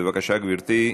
בבקשה, גברתי.